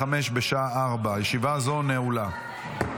הצעת ועדת הכנסת להעביר את הצעת חוק רשות